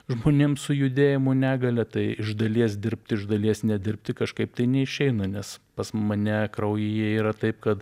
žmonėms su judėjimo negalia tai iš dalies dirbti iš dalies nedirbti kažkaip tai neišeina nes pas mane kraujyje yra taip kad